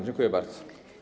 Dziękuję bardzo.